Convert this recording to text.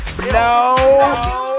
No